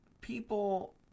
people